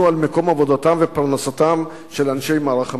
על מקום עבודתם ופרנסתם של אנשי מערך המילואים.